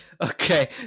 Okay